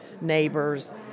neighbors